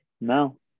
No